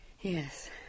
Yes